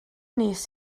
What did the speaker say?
nes